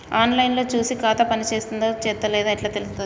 On line లో చూసి ఖాతా పనిచేత్తందో చేత్తలేదో ఎట్లా తెలుత్తది?